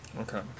Okay